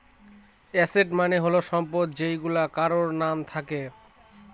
asset মানে হল সম্পদ যেইগুলা কারোর নাম থাকে